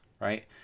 right